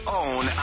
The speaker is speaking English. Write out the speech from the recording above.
own